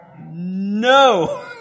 No